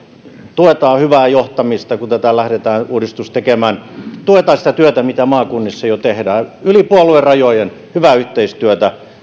tuetaan hyvää johtamista kun tätä uudistusta lähdetään tekemään tuetaan sitä työtä mitä maakunnissa jo tehdään yli puoluerajojen hyvää yhteistyötä